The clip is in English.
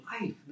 life